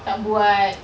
tak buat